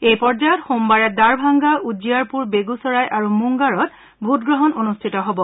এই পৰ্যায়ত সোমবাৰে দাৰভাংগা উজ্জিয়াৰপুৰ বেণ্ডচৰাই আৰু মুঙ্গাৰত ভোটগ্ৰহণ অনুষ্ঠিত হব